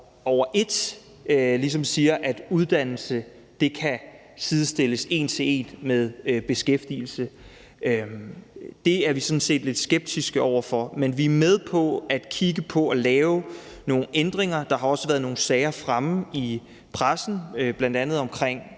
over en kam siger, at uddannelse kan sidestilles en til en med beskæftigelse. Det er vi sådan set lidt skeptiske over for. Men vi er med på at kigge på at lave nogle ændringer. Der har også været nogle sager fremme i pressen, bl.a. om